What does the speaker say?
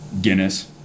Guinness